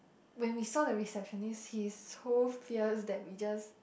when we saw the receptionist he is so fierce that we just